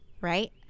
right